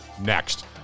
next